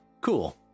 Cool